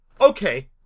okay